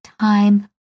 time